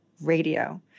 radio